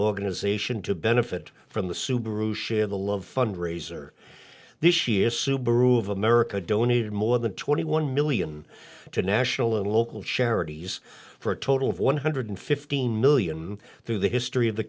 organization to benefit from the subaru share the love and razor this year's subaru of america donated more than twenty one million to national and local charities for a total of one hundred fifteen million through the history of the